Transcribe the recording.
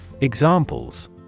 examples